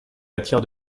attire